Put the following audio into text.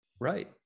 Right